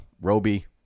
roby